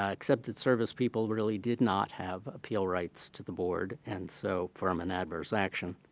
ah excepted service people really did not have appeal rights to the board and so from an adverse action.